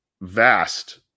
vast